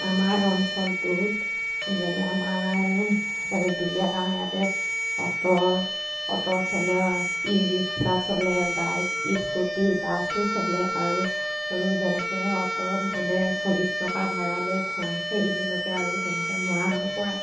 আমাৰ অঞ্চলটোত যেনে আমাৰ দুলীয়া গাঁও ইয়াতে অ'টোৰ অ'টো চলে ই ৰিক্সা চলে বাইক স্কুটি বাছো চলে আৰু আৰু যেনেকৈ অ'টোত গ'লে চল্লিছ টকা ভাড়া লৈ খোৱাং চাৰিআলীলৈকে আৰু যেনেকৈ মৰাণৰ পৰা